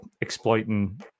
exploiting